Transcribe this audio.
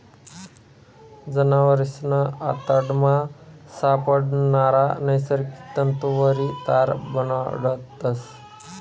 जनावरेसना आतडामा सापडणारा नैसर्गिक तंतुवरी तार बनाडतस